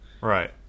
right